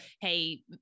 Hey